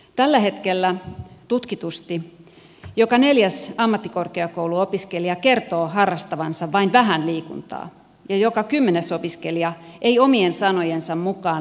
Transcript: tällä hetkellä tutkitusti joka neljäs ammattikorkeakouluopiskelija kertoo harrastavansa vain vähän liikuntaa ja joka kymmenes opiskelija ei omien sanojensa mukaan liiku ollenkaan